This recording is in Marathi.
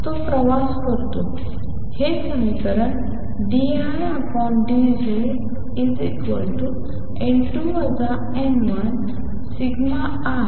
तो प्रवास करतो हे समीकरण d I d Z n2 n1σI